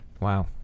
Wow